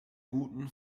guten